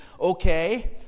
Okay